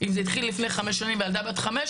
אם זה התחיל לפני חמש שנים והילדה בת חמש,